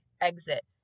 exit